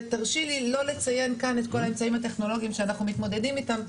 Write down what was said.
ותרשי לי לא לציין כאן את כל האמצעים הטכנולוגיים שאנחנו מתמודדים איתם.